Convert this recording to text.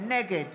נגד